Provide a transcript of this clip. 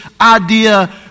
idea